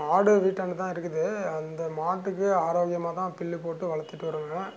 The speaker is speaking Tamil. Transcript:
மாடு வீட்டாண்ட தான் இருக்குது அந்த மாட்டுக்கு ஆரோக்கியமாக தான் புல்லு போட்டு வளர்த்திட்டு வரோங்க